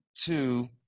two